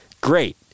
Great